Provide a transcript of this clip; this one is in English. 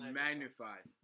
magnified